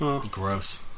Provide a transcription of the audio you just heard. Gross